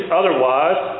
otherwise